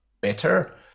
better